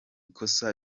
ikosa